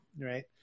right